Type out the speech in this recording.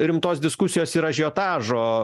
rimtos diskusijos ir ažiotažo